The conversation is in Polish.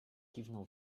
kiwnął